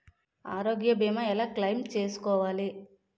ఆరోగ్య భీమా ఎలా క్లైమ్ చేసుకోవాలి?